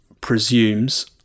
presumes